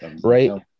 right